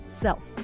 self